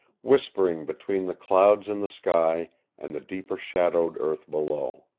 whispering between the clouds in the sky and the deeper shadowed earth below.